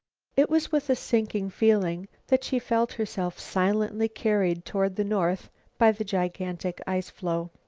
it was with a sinking feeling that she felt herself silently carried toward the north by the gigantic ice-floe.